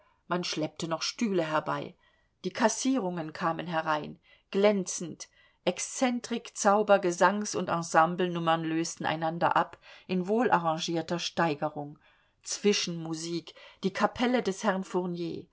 man schleppte noch stühle herbei die kassierungen kamen herein glänzend exzentrik zauber gesangs und ensemblenummern lösten einander ab in wohlarrangierter steigerung zwischenmusik die kapelle des herrn fournier